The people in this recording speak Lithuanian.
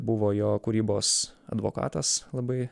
buvo jo kūrybos advokatas labai